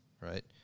right